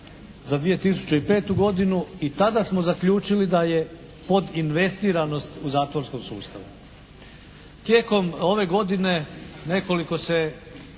za 2005. godinu i tada smo zaključili da je podinvestiranost u zatvorskom sustavu. Tijekom ove godine nekoliko se